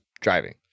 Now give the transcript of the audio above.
driving